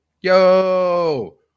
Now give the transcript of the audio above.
Yo